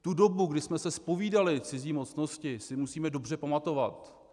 Tu dobu, kdy jsme se zpovídali cizí mocnosti, si musíme dobře pamatovat.